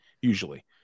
usually